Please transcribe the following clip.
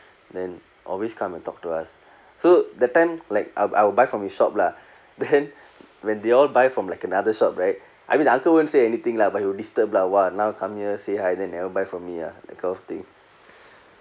then always come and talk to us so that time like I'll I'll buy from his shop lah then when they all buy from like another shop right I mean the uncle won't say anything lah but he will disturb lah !wah! now come here say hi then never buy from me ah that kind of thing